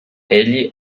egli